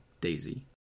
Daisy